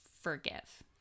forgive